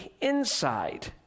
inside